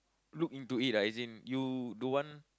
look into it ah as in you don't want